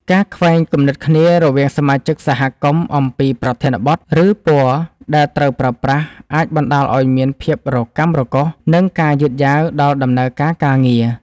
ការខ្វែងគំនិតគ្នារវាងសមាជិកសហគមន៍អំពីប្រធានបទ ឬពណ៌ដែលត្រូវប្រើប្រាស់ អាចបណ្តាលឱ្យមានភាពរកាំរកូស និងការយឺតយ៉ាវដល់ដំណើរការការងារ។